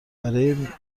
برای